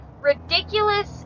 ridiculous